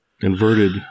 inverted